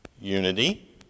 Unity